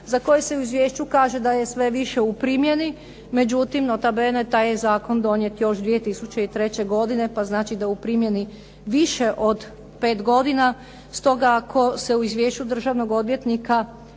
za koju se u Izvješću kaže da je sve više u primjeni međutim, nota bene taj je Zakon donijet još 2003. godine pa znači da u primjeni više od 5 godine, stoga ako se u Izvješću Državnog odvjetnika